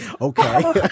Okay